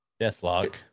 Deathlock